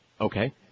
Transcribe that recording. Okay